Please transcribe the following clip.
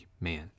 man